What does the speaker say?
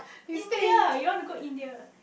India you want to go India